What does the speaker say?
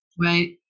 Right